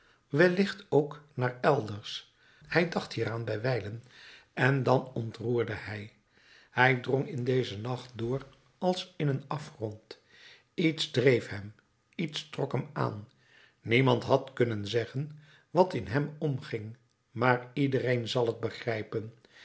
wellicht ook naar elders hij dacht hieraan bij wijlen en dan ontroerde hij hij drong in dezen nacht door als in een afgrond iets dreef hem iets trok hem aan niemand had kunnen zeggen wat in hem omging maar iedereen zal t begrijpen